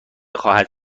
خواهد